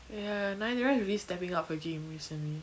ya nayanthara is really stepping up her game recently